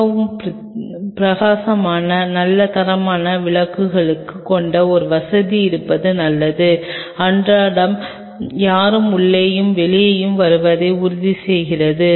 மிகவும் பிரகாசமான நல்ல தரமான விளக்குகள் கொண்ட ஒரு வசதி இருப்பது நல்லது அன்றாடம் யாரும் உள்ளேயும் வெளியேயும் வருவதை உறுதிசெய்கிறது